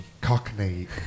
cockney